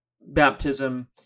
baptism